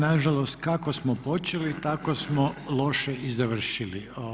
Nažalost kako smo počeli tako smo loše i završili.